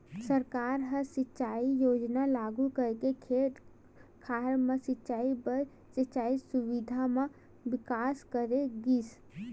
सरकार ह सिंचई योजना लागू करके खेत खार म सिंचई बर सिंचई सुबिधा म बिकास करे गिस